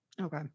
Okay